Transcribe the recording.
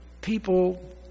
people